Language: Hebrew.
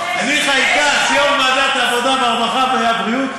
אני חיים כץ, כיו"ר ועדת העבודה, הרווחה והבריאות.